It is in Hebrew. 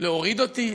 להוריד אותי.